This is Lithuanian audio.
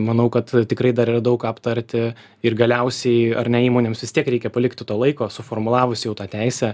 manau kad tikrai dar yra daug ką aptarti ir galiausiai ar ne įmonėms vis tiek reikia palikti to laiko suformulavus jau tą teisę